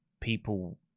people